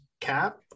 cap